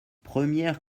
première